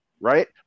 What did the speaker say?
right